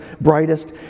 brightest